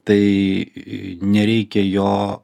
tai nereikia jo